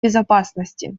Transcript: безопасности